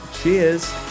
cheers